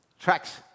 Tracks